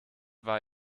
war